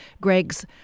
Greg's